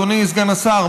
אדוני סגן השר,